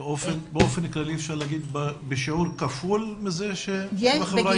באופן כללי אפשר להגיד בשיעור כפול מזה שבחברה היהודית?